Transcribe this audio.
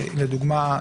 לדוגמה,